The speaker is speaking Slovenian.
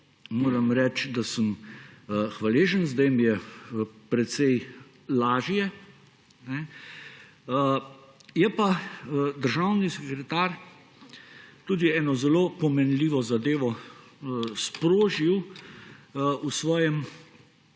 moram reči, da sem hvaležen, zdaj mi je precej lažje. Je pa državni sekretar tudi eno zelo pomenljivo zadevo sprožil v svojem,